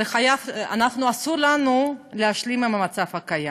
אבל אסור לנו להשלים עם המצב הקיים.